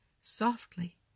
Softly